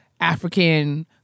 African